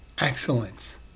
excellence